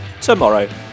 tomorrow